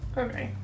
okay